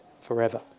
forever